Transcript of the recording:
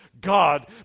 God